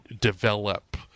develop